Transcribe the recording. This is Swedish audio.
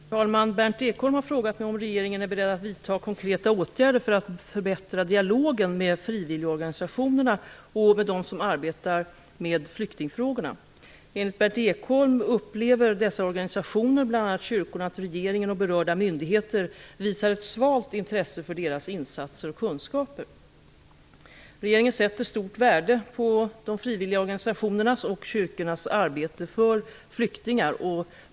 Herr talman! Berndt Ekholm har frågat mig om regeringen är beredd att vidta konkreta åtgärder för att förbättra dialogen med frivilligorganisationerna och med dem som arbetar med flyktingfrågorna. Enligt Berndt Ekholm upplever dessa organisationer, bl.a. kyrkorna, att regeringen och berörda myndigheter visar ett svalt intresse för deras insatser och kunskaper. Regeringen sätter stort värde på de frivilliga organisationernas och kyrkornas arbete för flyktingar.